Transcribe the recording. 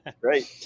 Great